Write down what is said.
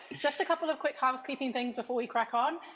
just a couple of quick housekeeping things before we crack on,